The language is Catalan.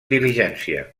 diligència